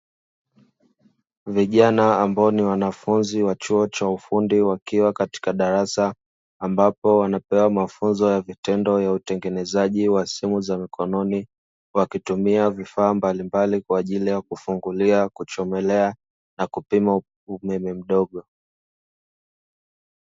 Vijana ambao ni wanafunzi wa chuo cha ufundi wakiwa katika darasa, ambapo wanapewa mafunzo ya vitendo ya utengeneza wa simu za mikononi, wakitumia vifaa mbalimbali kwaajili kufungulia, kuchomelea na kupima umeme mdogo.